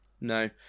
No